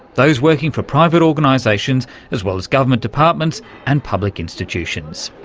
those working for private organisations as well as government departments and public institutions.